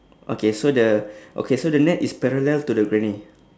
okay so the okay so the net is parallel to the granny